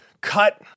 cut